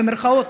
במירכאות,